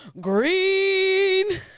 Green